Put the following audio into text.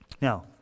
Now